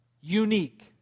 unique